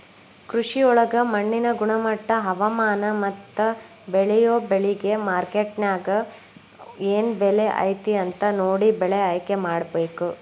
ಕೃಷಿಯೊಳಗ ಮಣ್ಣಿನ ಗುಣಮಟ್ಟ, ಹವಾಮಾನ, ಮತ್ತ ಬೇಳಿಯೊ ಬೆಳಿಗೆ ಮಾರ್ಕೆಟ್ನ್ಯಾಗ ಏನ್ ಬೆಲೆ ಐತಿ ಅಂತ ನೋಡಿ ಬೆಳೆ ಆಯ್ಕೆಮಾಡಬೇಕು